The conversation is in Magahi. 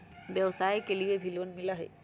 व्यवसाय के लेल भी लोन मिलहई?